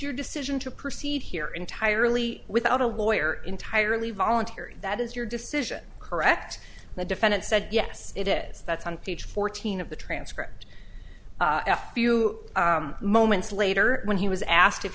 your decision to proceed here entirely without a lawyer entirely voluntary that is your decision correct the defendant said yes it is that's on th fourteen of the transcript a few moments later when he was asked if